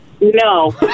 No